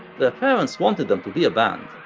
their parents wanted them to be a band,